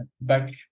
back